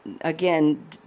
again